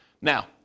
Now